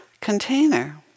container